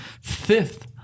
fifth